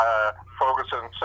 Ferguson